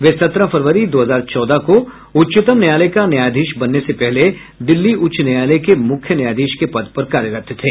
वे सत्रह फरवरी दो हजार चौदह को उच्चतम न्यायालय का न्यायाधीश बनने से पहले दिल्ली उच्च न्यायालय के मुख्य न्यायाधीश के पद पर कार्यरत थे